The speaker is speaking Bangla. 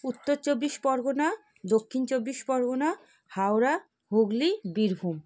উত্তর চব্বিশ পরগনা দক্ষিণ চব্বিশ পরগনা হাওড়া হুগলি বীরভূম